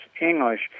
English